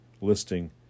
listing